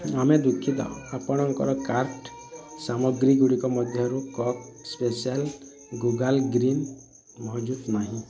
ଆମେ ଦୁଃଖିତ ଆପଣଙ୍କର କାର୍ଟ୍ ସାମଗ୍ରୀଗୁଡ଼ିକ ମଧ୍ୟରୁ କକ୍ ସ୍ପେଶାଲ୍ ଗୁଲାଲ୍ ଗ୍ରୀନ୍ ମହଜୁଦ ନାହିଁ